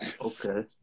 Okay